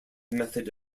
method